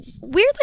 weirdly